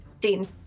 Dean